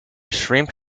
shrimp